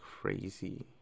crazy